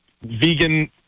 Vegan